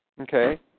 Okay